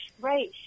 Right